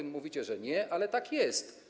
Mówicie, że nie, ale tak jest.